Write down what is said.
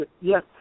Yes